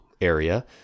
area